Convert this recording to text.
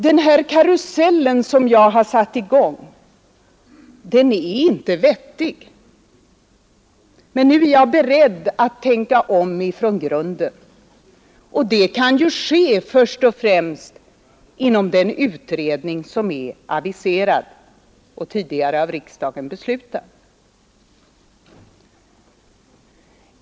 Den här karusellen som jag har satt i gång, den är inte vettig, men nu är jag beredd att tänka om från grunden — och det kan ju ske först och främst inom den utredning som är aviserad och tidigare av riksdagen beslutad.